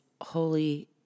holy